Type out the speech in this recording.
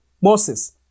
Moses